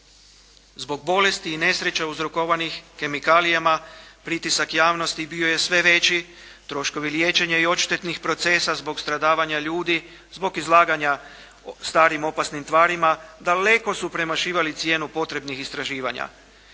Zbog bolesti i nesreća uzrokovanih kemikalijama pritisak javnosti bio je sve veći, troškovi liječenja i odštetnih procesa zbog stradavanja ljudi, zbog izlaganja starim opasnim tvarima daleko su premašivali cijenu potrebnih istraživanja.